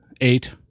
Eight